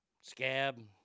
Scab